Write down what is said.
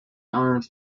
armed